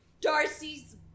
Darcy's